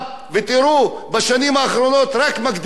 בשנים האחרונות רק מגדילים את התקציבים.